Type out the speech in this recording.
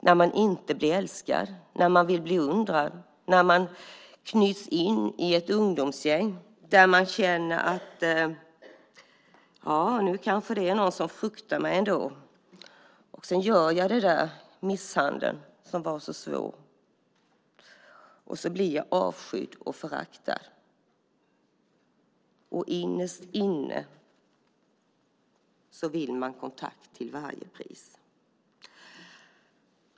Blir man inte älskad eller beundrad kan man i alla fall bli fruktad i ett ungdomsgäng och bli avskydd och föraktad när man misshandlar någon svårt, för innerst inne vill man kontakt till varje pris.